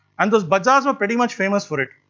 and the bazaars were pretty much famous for it.